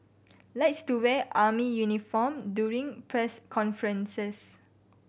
likes to wear army uniform during press conferences